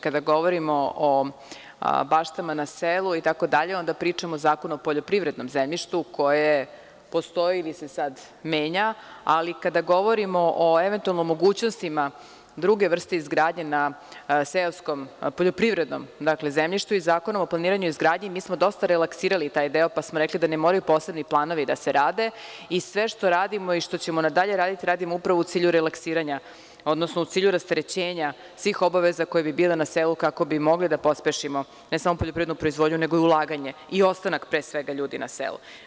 Kada govorimo o baštama na selu, itd, onda pričamo o Zakonu o poljoprivrednom zemljištu koje postoji ili se sad menja, ali kada govorimo o eventualnim mogućnostima druge vrste izgradnje na seoskom, poljoprivrednom zemljištu, Zakonom o planiranju i izgradnji mi smo dosta relaksirali taj deo pa smo rekli da ne moraju posebni planovi da se rade i sve što radimo i što ćemo dalje raditi, radimo upravo u cilju relaksiranja, odnosno u cilju rasterećenja svih obaveza koje bi bile na selu, kako bi mogli da pospešimo ne samo poljoprivrednu proizvodnju, nego i ulaganje i ostanak pre svega ljudi na selu.